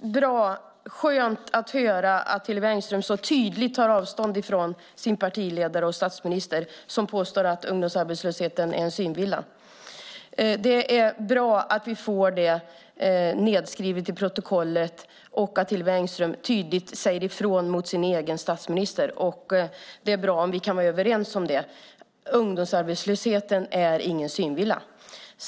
Det är skönt att höra att Hillevi Engström så tydligt tar avstånd från sin partiledare och statsminister som påstår att ungdomsarbetslösheten är en synvilla. Det är bra att vi får det nedskrivet i protokollet och att Hillevi Engström tydligt säger ifrån till sin egen statsminister. Det är bra att vi kan vara överens om att ungdomsarbetslösheten inte är någon synvilla.